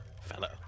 fellow